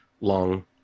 long